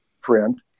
friend